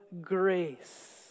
grace